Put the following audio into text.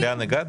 תראי לאן הגעת.